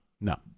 No